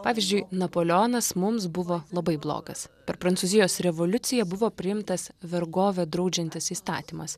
pavyzdžiui napoleonas mums buvo labai blogas per prancūzijos revoliuciją buvo priimtas vergovę draudžiantis įstatymas